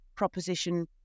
proposition